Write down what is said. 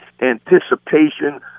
anticipation